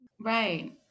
Right